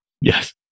yes